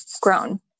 grown